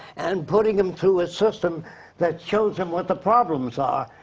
and putting them through a system that shows them what the problems are.